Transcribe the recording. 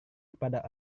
kepada